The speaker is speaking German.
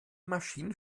maschinen